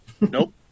Nope